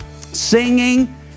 singing